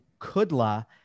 Kudla